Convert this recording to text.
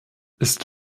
ist